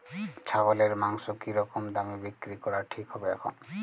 ছাগলের মাংস কী রকম দামে বিক্রি করা ঠিক হবে এখন?